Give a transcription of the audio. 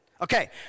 Okay